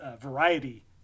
variety